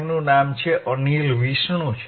તેમનુ નામ અનિલ વિષ્ણુ છે